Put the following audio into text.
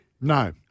No